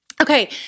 Okay